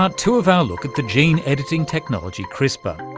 part two of our look at the gene editing technology crispr.